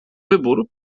wybór